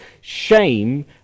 Shame